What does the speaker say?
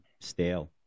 stale